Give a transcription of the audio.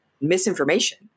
misinformation